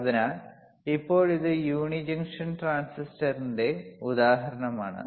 അതിനാൽ ഇപ്പോൾ ഇത് യൂണി ജംഗ്ഷൻ ട്രാൻസിസ്റ്ററിന്റെ യുജെടി ഉദാഹരണമാണ്